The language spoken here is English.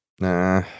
Nah